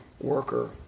worker